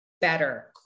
better